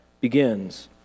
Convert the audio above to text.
begins